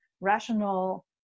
rational